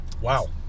Wow